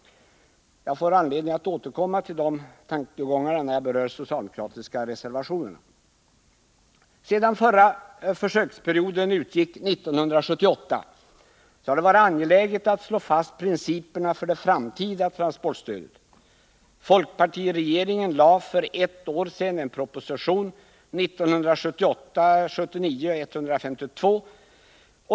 Jag får anledning att återkomma till de tankegångarna när jag berör socialdemokratiska reservationer. Sedan förra försöksperioden utgick 1978 har det varit angeläget att slå fast principerna för det framtida transportstödet. Folkpartiregeringen lade för ett år sedan fram en proposition i denna fråga, 1978/79:152.